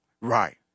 Right